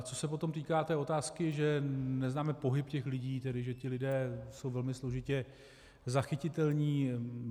Co se potom týká té otázky, že neznáme pohyb těch lidí, tedy že ti lidé jsou velmi složitě zachytitelní.